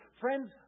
Friends